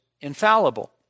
infallible